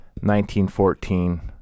1914